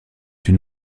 une